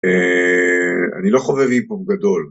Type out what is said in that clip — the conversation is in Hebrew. אני לא חובב היפ הופ גדול.